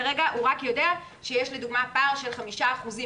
כרגע הוא רק יודע שיש לדוגמה פער של חמישה אחוזים